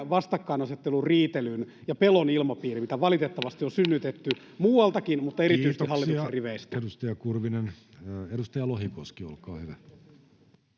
vastakkainasettelun, riitelyn ja pelon ilmapiiriä, mitä valitettavasti on synnytetty muualtakin, mutta erityisesti hallituksen riveistä. [Speech 207] Speaker: Jussi Halla-aho